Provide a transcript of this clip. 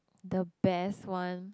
the best one